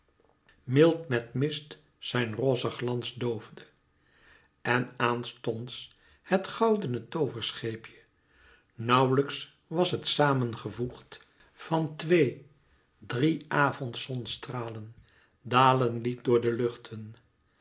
mild met mist zijn rossen glans doofde en aanstonds het goudene tooverscheepje nauwlijks was het samen gevoegd van twee drie avondzonstralen dalen liet door de luchten